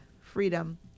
freedom